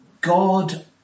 God